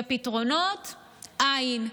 ופתרונות אין.